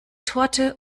torte